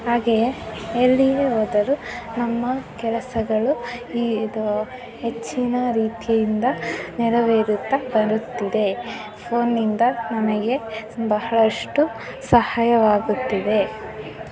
ಹಾಗೆಯೇ ಎಲ್ಲಿಗೇ ಹೋದರೂ ನಮ್ಮ ಕೆಲಸಗಳು ಈ ಇದು ಹೆಚ್ಚಿನ ರೀತಿಯಿಂದ ನೆರವೇರುತ್ತ ಬರುತ್ತಿದೆ ಫೋನ್ ನಿಂದ ನಮಗೆ ಬಹಳಷ್ಟು ಸಹಾಯವಾಗುತ್ತಿದೆ